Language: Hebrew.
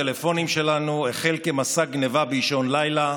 החל כמסע גנבה באישון לילה,